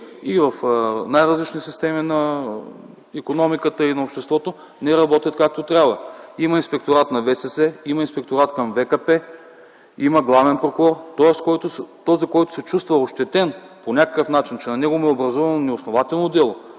в най-различни системи на икономиката и на обществото не работят както трябва. Има Инспекторат на Висшия съдебен съвет, има Инспекторат към ВКП, има главен прокурор. И този, който се чувства ощетен по някакъв начин, че на него му е образувано неоснователно дело